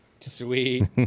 Sweet